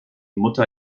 mutter